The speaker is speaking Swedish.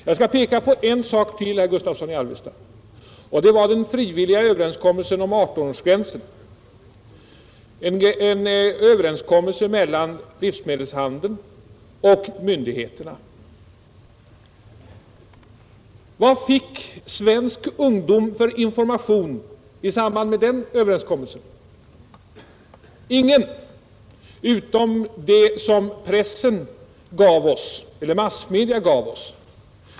Jag skall peka på en sak till, herr Gustavsson i Alvesta, nämligen den frivilliga överenskommelsen mellan livsmedelshandeln och myndigheterna om 18-årsgränsen vid försäljning av mellanöl. Vilken information fick svensk ungdom i samband med den överenskommelsen? Ingen, utom den som pressen och andra massmedia nyhetsmässigt gav oss.